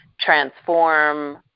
transform